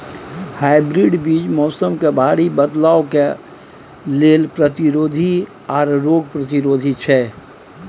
hybrid बीज मौसम में भारी बदलाव के लेल प्रतिरोधी आर रोग प्रतिरोधी छै